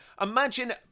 imagine